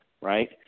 Right